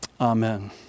Amen